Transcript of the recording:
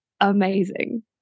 amazing